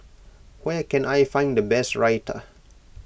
where can I find the best Raita